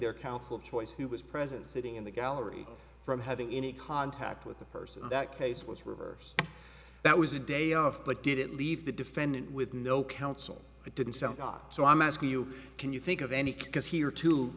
their counsel of choice who was present sitting in the gallery from having any contact with the person in that case was reversed that was a day off but did it leave the defendant with no counsel it didn't sound odd so i'm asking you can you think of any cause here to